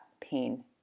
pain